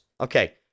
Okay